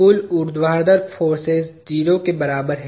कुल ऊर्ध्वाधर फोर्सेज 0 के बराबर है